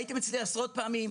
הייתם אצלי עשרות פעמים,